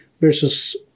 versus